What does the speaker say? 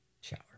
Shower